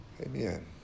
Amen